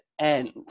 end